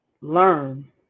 learn